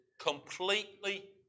completely